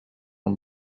and